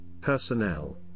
personnel